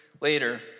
later